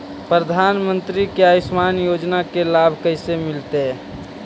प्रधानमंत्री के आयुषमान योजना के लाभ कैसे मिलतै?